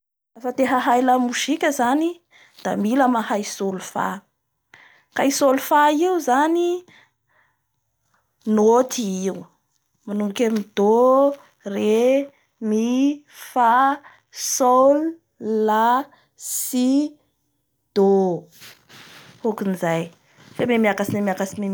Lafa te hahay lamozika zany da mila mahay solfa ka i solfa io zany noty i io, manomboky amin'ny DO, RE, MI; FA, SO, LA, SI, DO. Ôkan'izay fe memiakatsy memiakatsy memiakatsy.